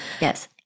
Yes